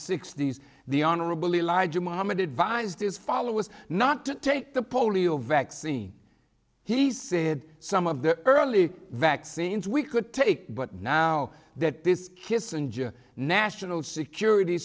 sixty s the honorable elijah muhammad advised his followers not to take the polio vaccine he said some of the early vaccines we could take but now that this kissinger national security